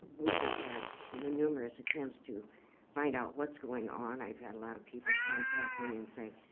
we have had numerous attempts to find out what's going on. i've had a lot of people contact me and say,